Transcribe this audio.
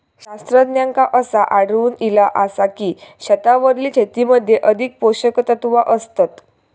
शास्त्रज्ञांका असा आढळून इला आसा की, छतावरील शेतीमध्ये अधिक पोषकतत्वा असतत